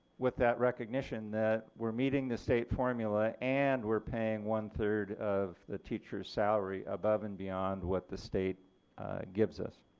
with that recognition that we're meeting the state formula and we're paying one third of the teachers' salary above and beyond what the state gives us.